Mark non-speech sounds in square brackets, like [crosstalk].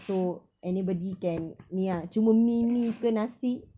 [noise] [laughs] [noise]